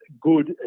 good